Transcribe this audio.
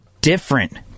different